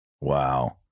Wow